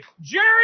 Jerry